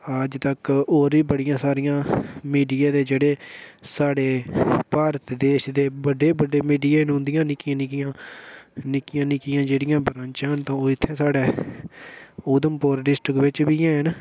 आजतक होर बी बड़ियां सारियां मीडिया दे जेह्ड़े साढ़े भारत देश दे बड्डे बड्डे मीडिया ने उन्दियां निक्कियां निक्कियां निक्कियां निक्कियां जेह्ड़ियां ब्रांचा न दो इत्थै साढ़ै उधमपुर डिस्ट्रिक्ट बिच्च बी हैन